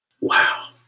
Wow